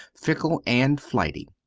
fickle, and flighty.